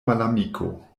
malamiko